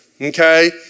Okay